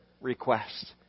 request